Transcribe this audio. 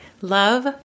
love